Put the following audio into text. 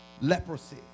Leprosy